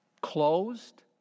Closed